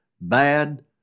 bad